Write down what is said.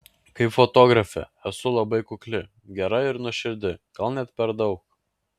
kaip fotografė esu labai kukli gera ir nuoširdi gal net per daug